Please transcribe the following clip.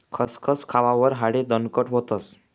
खसखस खावावर हाडे दणकट व्हतस